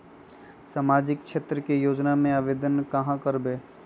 सामाजिक क्षेत्र के योजना में आवेदन कहाँ करवे?